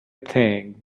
thing